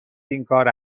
اینکار